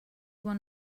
won